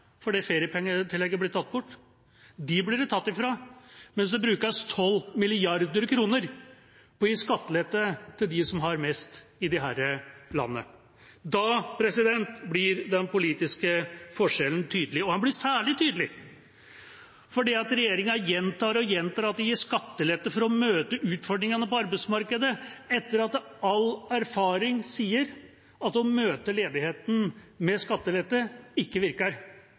ja, fordi feriepengetillegget ble tatt bort. Dem blir det tatt fra, mens det brukes 12 mrd. kr på å gi skattelette til dem som har mest i dette landet. Da blir den politiske forskjellen tydelig, og den blir særlig tydelig fordi regjeringa gjentar og gjentar at den gir skattelette for å møte utfordringene på arbeidsmarkedet, etter at all erfaring sier at å møte ledigheten med skattelette ikke virker.